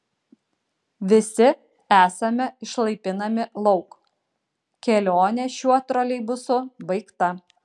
visi esame išlaipinami lauk kelionė šiuo troleibusu baigta